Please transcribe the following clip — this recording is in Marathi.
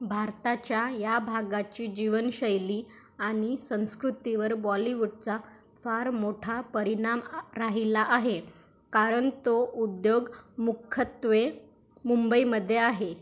भारताच्या या भागाची जीवनशैली आणि संस्कृतीवर बॉलीवूडचा फार मोठा परिणाम राहिला आहे कारण तो उद्योग मुख्यत्वे मुंबईमध्ये आहे